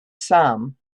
some